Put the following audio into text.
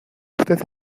usted